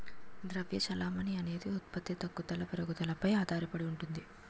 ద్రవ్య చెలామణి అనేది ఉత్పత్తి తగ్గుదల పెరుగుదలపై ఆధారడి ఉంటుంది